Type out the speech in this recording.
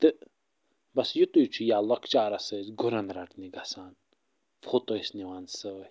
تہٕ بَس یُتُے چھُ یا لۄکچارَس ٲسۍ گُرَن رَٹنہِ گَژھان فوٚت ٲسۍ نِوان سۭتۍ